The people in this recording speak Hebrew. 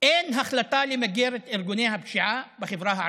אין החלטה למגר את ארגוני הפשיעה בחברה הערבית.